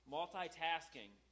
Multitasking